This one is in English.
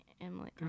Emily